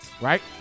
Right